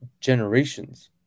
generations